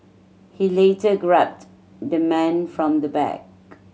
he later grabbed the man from the back